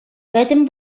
пӗтӗм